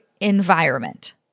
environment